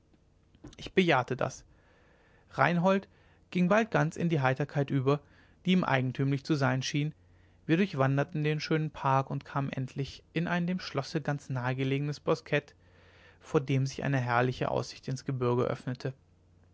ich bejahte das reinhold ging bald ganz in die heiterkeit über die ihm eigentümlich zu sein schien wir durchwanderten den schönen park und kamen endlich in ein dem schlosse ganz nahgelegenes boskett vor dem sich eine herrliche aussicht ins gebürge öffnete